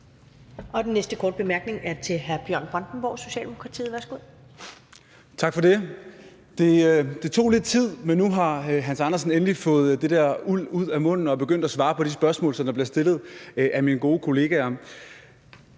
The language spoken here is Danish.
Det tog lidt tid, men nu har hr. Hans Andersen endelig fået det der uld ud af munden og er begyndt at svare på de spørgsmål, der bliver stillet af mine gode kollegaer.